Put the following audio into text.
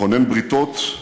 לכונן בריתות,